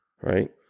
Right